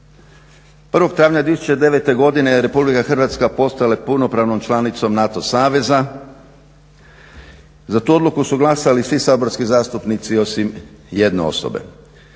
1. travnja 2009. godine RH je postala punopravnom članicom NATO saveza. Za tu odluku su glasali svi saborski zastupnici osim jedne osobe.